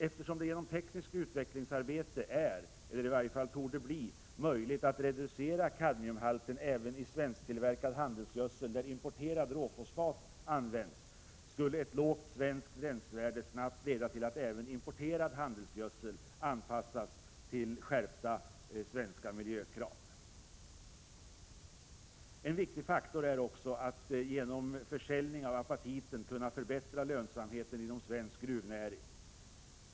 Eftersom det genom tekniskt utvecklingsarbete är — eller torde bli — möjligt att reducera kadmiumhalten även i svensktillverkad handelsgödsel där importerad råfosfat används skulle ett lågt svenskt gränsvärde snabbt leda till att även importerad handelsgödsel anpassas till de skärpta svenska miljökraven. En viktig faktor är också att man genom försäljning av apatiten kan förbättra lönsamheten inom svensk gruvnäring.